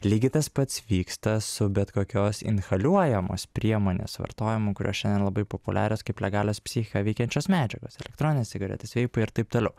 lygiai tas pats vyksta su bet kokios inhaliuojamos priemonės vartojimu kurios šiandien labai populiarios kaip legalios psichiką veikiančios medžiagos elektroninės cigaretės veipai ir taip toliau